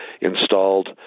installed